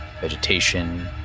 vegetation